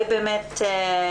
תודה.